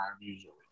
usually